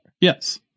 Yes